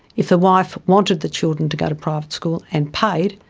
if the wife wanted the children to go to private school and paid,